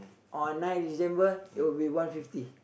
on nine December it will be one fifty